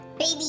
Baby